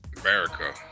America